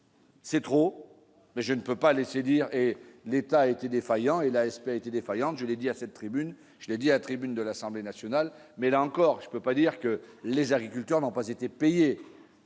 C'est trop, mais je ne peux pas laisser dire et l'État a été défaillant et la SPA a été défaillante, je l'ai dit à cette tribune, je le dis à tribune de l'Assemblée nationale, mais là encore, je ne peux pas dire que les agriculteurs n'ont pas été payés.